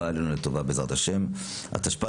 הבא עלינו לטובה בעזרת השם - התשפ"ג-2023,